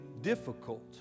difficult